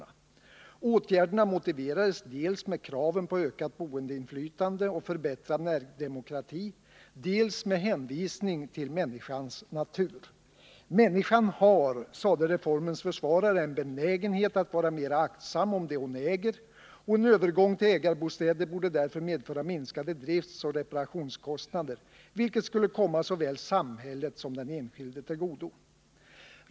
Åtgärderna motiverades dels med kraven på ökat boendeinflytande och förbättrad närdemokrati, dels med hänvisning till människans natur. Människan har, sade reformens försvarare, en benägenhet att vara mer aktsam om det hon äger, och en övergång till ägarbostäder borde därför medföra minskade driftsoch reparationskostnader, vilket skulle komma såväl samhället som den enskilde till godo.